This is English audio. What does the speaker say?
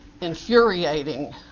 infuriating